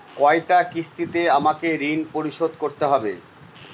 কয়টা কিস্তিতে আমাকে ঋণ পরিশোধ করতে হবে?